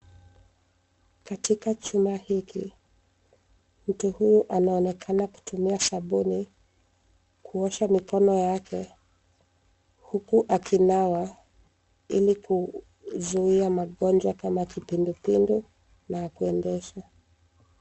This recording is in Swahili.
Katika chumba hiki, mtu huyu anaonekana kutumia sabuni kuosha mikono yake, huku akinawa ili kuzuia magonjwa kama kipindupindu na kuendesha.